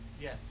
Yes